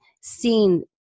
seen